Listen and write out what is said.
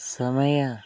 ಸಮಯ